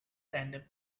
random